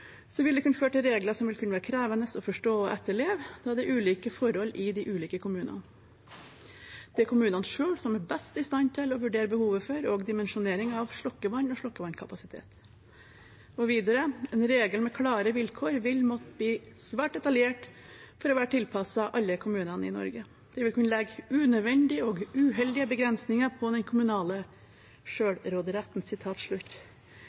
vil det kunne føre til regler som vil kunne være krevende å forstå og etterleve, da det er ulike forhold i de ulike kommunene. Det er kommunene selv som er best i stand til å vurdere behovet for, og dimensjonering av, slokkevann og slokkevannkapasitet.» Og videre: «En regel med klare vilkår vil måtte bli svært detaljert for å være tilpasset alle kommunene i Norge. Dette vil kunne legge unødvendige og uheldige begrensninger på den kommunale